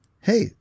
Hey